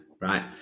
right